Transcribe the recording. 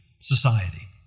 society